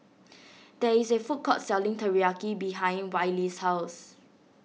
there is a food court selling Teriyaki behind Wiley's house